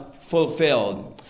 fulfilled